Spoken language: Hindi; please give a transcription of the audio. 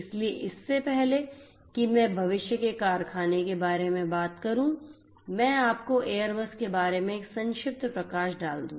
इसलिए इससे पहले कि मैं भविष्य के कारखाने के बारे में बात करूं मैं आपको एयरबस के बारे में एक संक्षिप्त प्रकाश डाल दूं